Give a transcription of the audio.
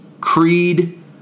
creed